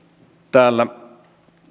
täällä